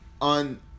on